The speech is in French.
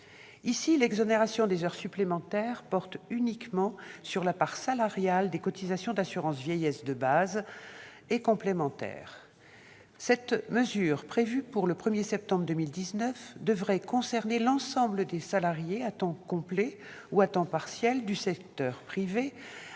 l'exonération des heures supplémentaires porte uniquement sur la part salariale des cotisations d'assurance vieillesse de base et complémentaire. Cette mesure, prévue pour le 1 septembre 2019, devrait concerner l'ensemble des salariés à temps complet ou à temps partiel du secteur privé,